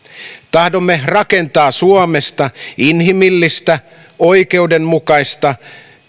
tahdomme rakentaa suomesta inhimillistä oikeudenmukaista